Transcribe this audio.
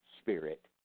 spirit